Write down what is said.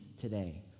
today